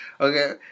Okay